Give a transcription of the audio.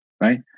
right